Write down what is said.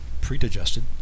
pre-digested